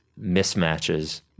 mismatches